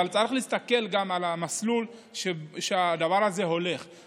צריך להסתכל גם על המסלול שהדבר הזה הולך בו.